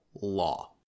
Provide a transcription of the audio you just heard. law